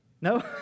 No